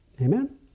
Amen